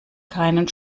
keinen